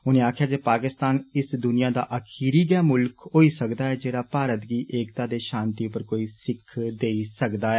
उनें आक्खेआ पाकिस्तान इस दुनिया दा आखिरी मुल्ख होई सकदा ऐ जेड़ा भारत गी एकता ते षांति उप्पर कोई सिक्ख देई सकदा ऐ